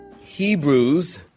Hebrews